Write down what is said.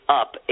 up